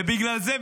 ובגלל זה,